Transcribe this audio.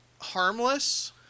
harmless